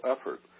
effort